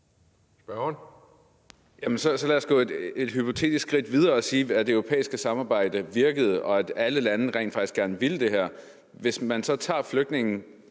Spørgeren.